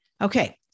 Okay